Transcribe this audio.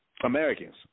Americans